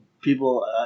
People